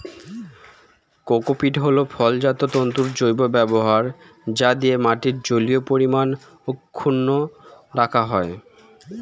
cocopeat হল ফলজাত তন্তুর জৈব ব্যবহার যা দিয়ে মাটির জলীয় পরিমাণ অক্ষুন্ন রাখা যায়